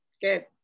Good